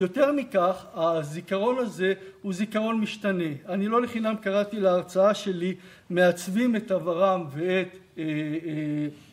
יותר מכך הזיכרון הזה הוא זיכרון משתנה. אני לא לחינם קראתי להרצאה שלי מעצבים את עברם ואת אהה